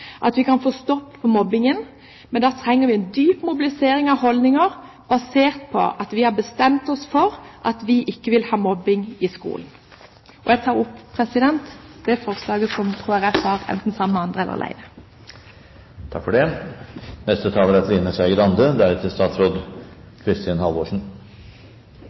at vi kan få stoppet mobbingen, men da trenger vi en dyp mobilisering av holdninger basert på at vi har bestemt oss for at vi ikke vil ha mobbing i skolen. Jeg tar opp forslaget fra Kristelig Folkeparti. Representanten Dagrun Eriksen har tatt opp det forslaget hun refererte til. Jeg vil begynne med å fremme de to forslagene fra Venstre som er